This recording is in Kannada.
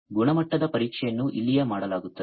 ಗುಣಮಟ್ಟದ ಪರೀಕ್ಷೆಯನ್ನು ಇಲ್ಲಿಯೇ ಮಾಡಲಾಗುವುದು